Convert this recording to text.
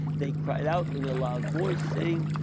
they cried out in a loud voice saying,